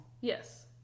yes